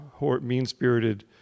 mean-spirited